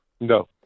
No